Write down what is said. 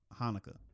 Hanukkah